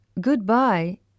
goodbye